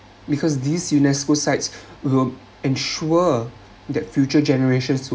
because these UNESCO sites will ensure that future generations to